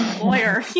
lawyer